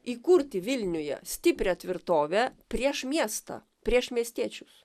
įkurti vilniuje stiprią tvirtovę prieš miestą prieš miestiečius